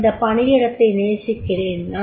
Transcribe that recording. நான் இந்தப் பணியிடத்தை நேசிக்கிறேன்